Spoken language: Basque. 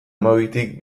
hamabitik